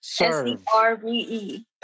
S-E-R-V-E